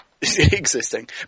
existing